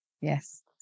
Yes